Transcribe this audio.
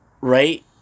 Right